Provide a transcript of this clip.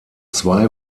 zwei